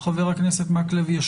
--- מה זה נחשב, שאני מתנגד, נמנע?